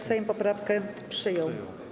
Sejm poprawkę przyjął.